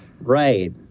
Right